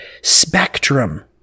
spectrum